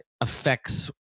affects